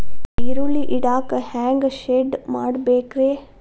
ಈರುಳ್ಳಿ ಇಡಾಕ ಹ್ಯಾಂಗ ಶೆಡ್ ಮಾಡಬೇಕ್ರೇ?